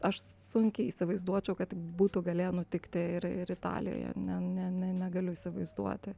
aš sunkiai įsivaizduočiau kad būtų galėję nutikti ir ir italijoje ne ne negaliu įsivaizduoti